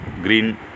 green